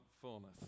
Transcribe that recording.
fullness